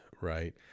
right